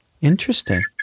Interesting